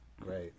great